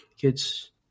kids